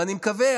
ואני מקווה,